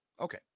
Okay